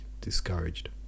discouraged